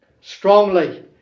strongly